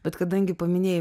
bet kadangi paminėjai